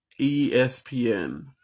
ESPN